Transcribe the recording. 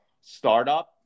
startup